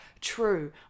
true